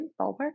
ballpark